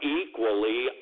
equally